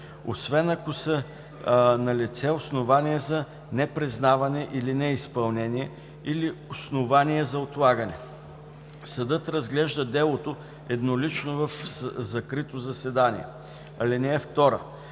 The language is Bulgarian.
освен ако са налице основания за непризнаване или неизпълнение, или основания за отлагане. Съдът разглежда делото еднолично в закрито заседание. (2) Когато